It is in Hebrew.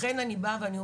לכן אני אומרת,